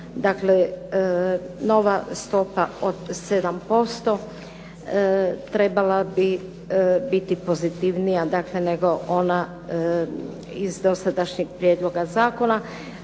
Dakle, nova stopa od 7% trebala bi biti pozitivnija nego ona iz dosadašnjeg prijedloga zakona.